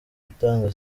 gutanga